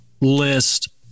list